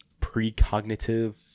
Precognitive